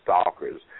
stalkers